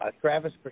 Travis